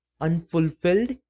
unfulfilled